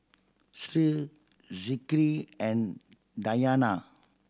Sri Zikri and Diyana